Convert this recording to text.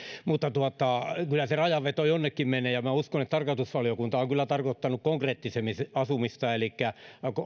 mutta kyllä se rajanveto jonnekin menee ja uskon että tarkastusvaliokunta on kyllä tarkoittanut konkreettisemmin asumista elikkä